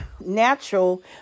natural